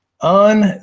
on